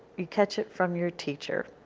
you catch it from your teacher.